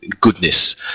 goodness